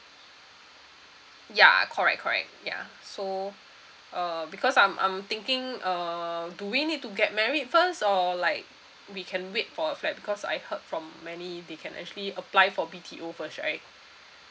ya correct correct ya so uh because I'm I'm thinking uh do we need to get married first or like we can make for a flat because I heard from many they can actually apply for B_T_O first right